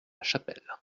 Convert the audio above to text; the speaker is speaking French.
chapelle